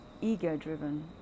ego-driven